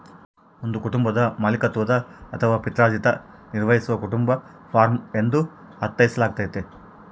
ಒಂದು ಕುಟುಂಬದ ಮಾಲೀಕತ್ವದ ಅಥವಾ ಪಿತ್ರಾರ್ಜಿತ ನಿರ್ವಹಿಸುವ ಕುಟುಂಬದ ಫಾರ್ಮ ಎಂದು ಅರ್ಥೈಸಲಾಗ್ತತೆ